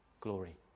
glory